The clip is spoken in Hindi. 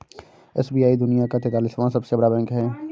एस.बी.आई दुनिया का तेंतालीसवां सबसे बड़ा बैंक है